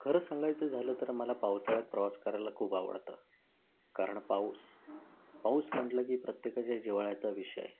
खरं सांगायचं झालं तर मला पावसाळ्यात प्रवास करायला खूप आवडतं कारण पाऊस पाऊस म्हटलं की प्रत्येकाच्या जिव्हाळ्याचा विषय